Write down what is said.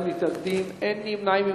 14, אין מתנגדים, אין נמנעים.